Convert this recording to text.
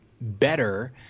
better